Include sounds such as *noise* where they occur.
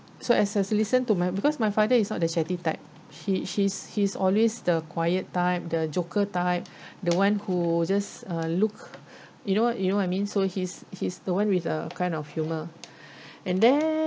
so as I listen to my because my father is the chatty type he he's he's always the quiet type the joker type the one who just uh look you know you know what I mean so he's he's the one with a kind of humor *breath* and then